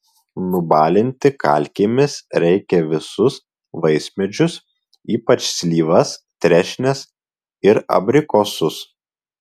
nubalinti kalkėmis reikia visus vaismedžius ypač slyvas trešnes ir abrikosus